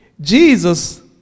Jesus